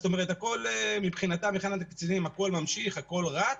זאת אומרת, מבחינת הקצינים הכול ממשיך, הכול רץ,